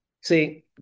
See